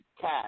cash